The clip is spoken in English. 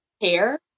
Hair